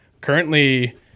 Currently